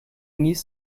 niece